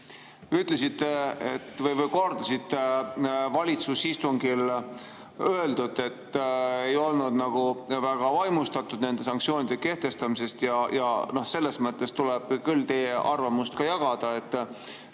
minister! Te kordasite valitsuse istungil öeldut, et te ei olnud väga vaimustatud nende sanktsioonide kehtestamisest. Selles mõttes tuleb küll teie arvamust jagada, et